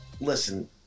listen